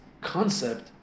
concept